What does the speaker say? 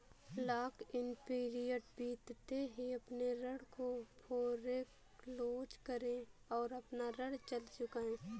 lock in period बीतते ही अपने ऋण को फोरेक्लोज करे और अपना ऋण जल्द चुकाए